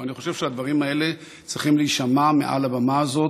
ואני חושב שהדברים האלה צריכים להישמע מעל לבמה הזו